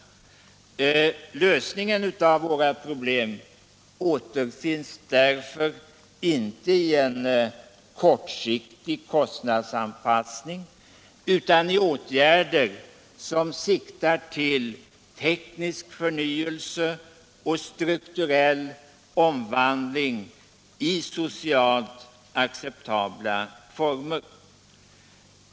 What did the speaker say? Lösningen av våra problem återfinns därför inte i en kortsiktig kostnadsanpassning utan i åtgärder som siktar till teknisk förnyelse och strukturell omvandling i socialt acceptabla former.